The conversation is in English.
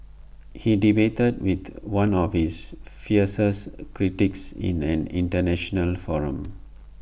he debated with one of his fiercest critics in an International forum